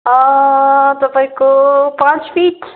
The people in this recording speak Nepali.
अँ तपाईँको पाँच फिट